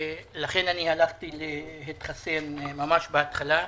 לכן הלכתי להתחסן ממש בהתחלה.